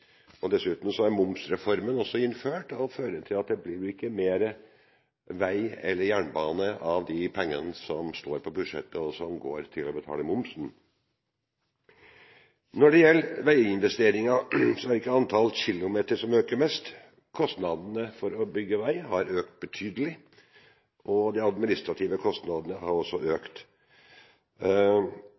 kroner. Dessuten er momsreformen også innført, og det blir jo ikke mer vei eller jernbane av de pengene som står på budsjettet, og som går til å betale momsen. Når det gjelder veiinvesteringer, er det ikke antallet kilometer som øker mest. Kostnadene ved å bygge vei har økt betydelig. De administrative kostnadene har økt.